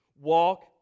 Walk